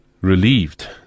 relieved